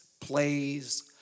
plays